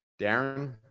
Darren